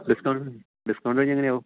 discount discount കഴിഞ്ഞ് എങ്ങനെയാവും